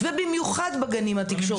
ובמיוחד בגנים התקשורתיים.